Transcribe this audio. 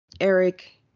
Eric